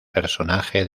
personaje